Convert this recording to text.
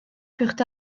furent